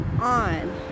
on